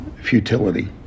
futility